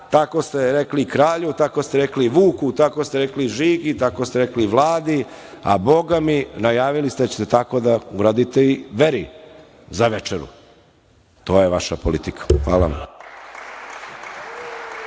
Tako ste rekli kralju, tako ste rekli Vuku, tako ste rekli Žiki, tako ste rekli Vladi, a bogami najavili ste da ćete tako da uradite i veri za večeru. To je vaša politika. Hvala